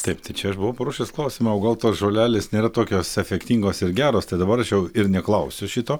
taip tai čia aš buvau paruošęs klausimą o gal tos žolelės nėra tokios efektingos ir geros tad dabar aš jau ir neklausiu šito